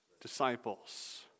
disciples